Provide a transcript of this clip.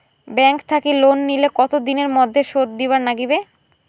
Bank থাকি loan নিলে কতো দিনের মধ্যে শোধ দিবার নাগিবে?